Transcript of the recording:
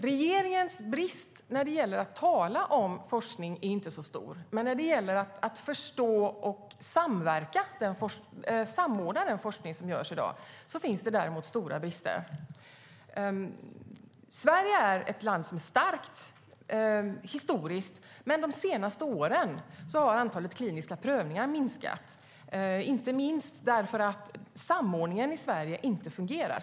Regeringens brist när det gäller att tala om forskning är inte så stor, men när det gäller att förstå och samordna den forskning som bedrivs finns däremot stora brister. Sverige har historiskt varit starkt, men de senaste åren har antalet kliniska prövningar minskat, inte minst för att samordningen inte fungerar.